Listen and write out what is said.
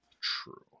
True